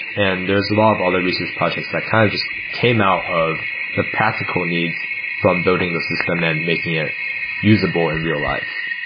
and there is a lot of other research projects that kind of just came out of the practical needs from building the system and making it usable in real-life.